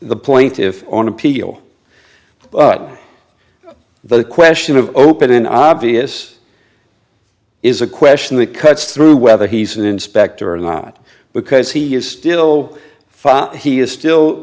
the point if on appeal but the question of open obvious is a question that cuts through whether he's an inspector or not because he is still fiat he is still